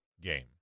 game